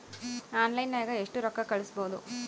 ಆನ್ಲೈನ್ನಾಗ ಎಷ್ಟು ರೊಕ್ಕ ಕಳಿಸ್ಬೋದು